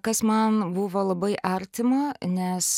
kas man buvo labai artima nes